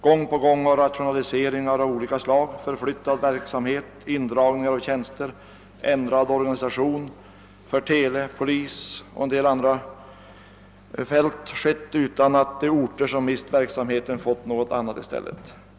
Gång på gång har rationaliseringar av olika slag, förflyttning av verksamhet, indragning av tjänster och organisationsändringar företagits inom televerket och polisen och på en del andra fält utan att de orter som mist verksamheten fått något annat i stället.